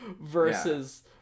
Versus